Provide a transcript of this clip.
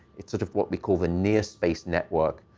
it's sort of what we call the near space network.